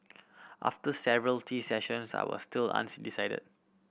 after several tea sessions I was still decided